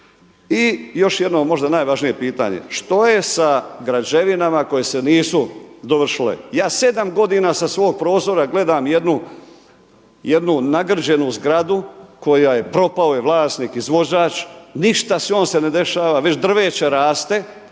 I još jedno možda najvažnije pitanje, što je sa građevinama koje se nisu dovršile? Ja sedam godina sa svog prozora gledam jednu nagrđenu zgradu kojoj je propao vlasnik, izvođač, ništa s njom se ne dešava, već drveće raste,